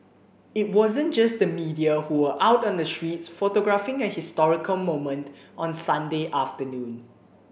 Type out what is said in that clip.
it wasn't just the media who were out on the streets photographing a historical moment on Sunday afternoon